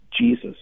Jesus